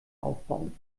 aufbauen